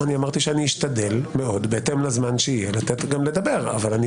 אמרתי שאשתדל מאוד בהתאם לזמן שיהיה לתת לדבר אבל לא